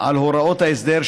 על הוראות ההסדר,